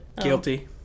Guilty